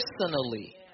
Personally